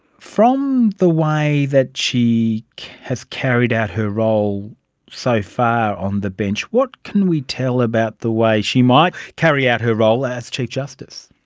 from the way that she has carried out her role so far on the bench, what can we tell about the way she might carry out her role as chief justice?